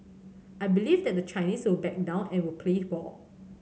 I believe that the Chinese will back down and will play ball